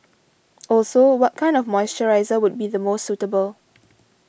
also what kind of moisturiser would be the most suitable